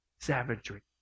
savagery